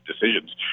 decisions